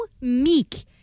meek